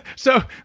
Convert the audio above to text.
so,